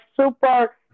super